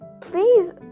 please